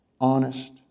honest